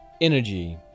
energy